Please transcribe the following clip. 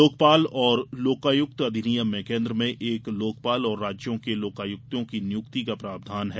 लोकपाल और लोकायुक्त अधिनियम में केंद्र में एक लोकपाल और राज्यों में लोकायुक्तों की नियुक्ति का प्रावधान है